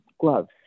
gloves